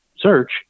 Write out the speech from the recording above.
search